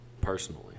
personally